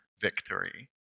victory